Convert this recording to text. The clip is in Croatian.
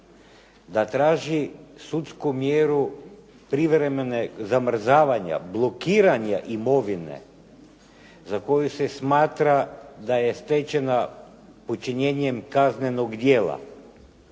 da traži sudsku mjeru privremene zamrzavanja, blokiranja imovine za koju se smatra da je stečena počinjenjem kaznenog djela,